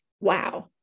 wow